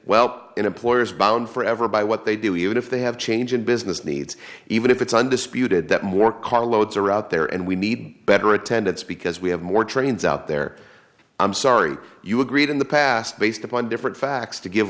well employer is bound forever by what they do even if they have changing business needs even if it's undisputed that more carloads are out there and we need better attendance because we have more trains out there i'm sorry you agreed in the past based upon different facts to give